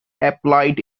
applied